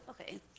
okay